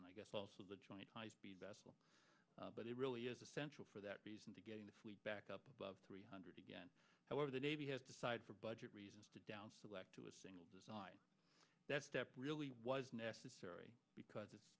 and i guess also the joint high speed vessel but it really is essential for that reason to get it back up above three hundred again however the navy has decided for budget reasons to down select to a single design that step really was necessary because it's